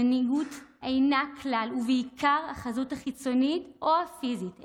מנהיגות אינה כלל ועיקר החזות החיצונית או הפיזית,